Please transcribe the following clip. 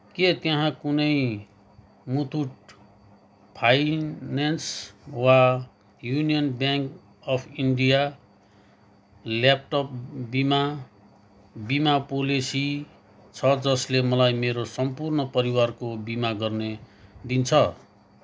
के त्यहाँ कुनै मुथूट फाइनेन्स वा union bank of India laptop बिमा बिमा पोलेसी छ जसले मलाई मेरो सम्पूर्ण परिवारको बिमा गर्ने दिन्छ